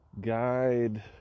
guide